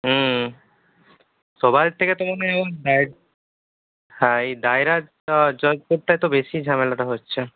হুম সবাইয়ের থেকে তো মনে হয় ওই দায় হ্যাঁ এই দায়রা জজ কোর্টটায় তো বেশি ঝামেলাটা হচ্ছে